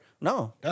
No